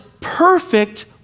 perfect